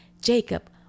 Jacob